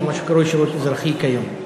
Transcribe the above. או מה שקרוי שירות אזרחי כיום.